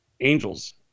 Angels